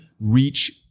reach